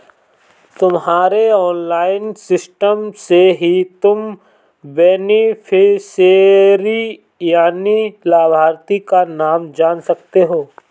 तुम्हारे online system से ही तुम बेनिफिशियरी यानि लाभार्थी का नाम जान सकते हो